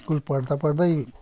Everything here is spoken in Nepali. स्कुल पढ्दापढ्दै